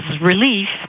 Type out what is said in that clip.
relief